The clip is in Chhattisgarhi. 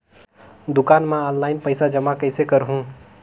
दुकान म ऑनलाइन पइसा जमा कइसे करहु?